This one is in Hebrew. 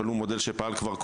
אבל הוא מודל שפעל כבר קודם,